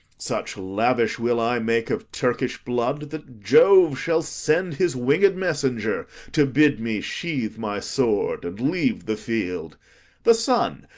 such lavish will i make of turkish blood, that jove shall send his winged messenger to bid me sheathe my sword and leave the field the sun,